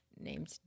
named